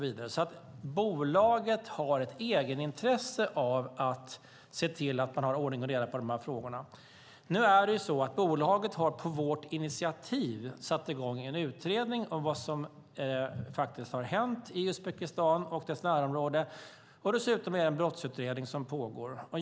Bolaget har alltså ett egenintresse av att se till att man har ordning och reda på dessa frågor. Nu är det så att bolaget har, på vårt initiativ, satt i gång en utredning av vad som faktiskt har hänt i Uzbekistan och dess närområde. Dessutom är det en brottsutredning som pågår.